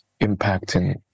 impacting